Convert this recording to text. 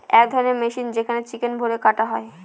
এক ধরণের মেশিন যেখানে চিকেন ভোরে কাটা হয়